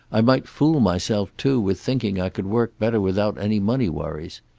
i might fool myself, too, with thinking i could work better without any money worries.